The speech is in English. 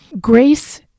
Grace